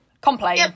complain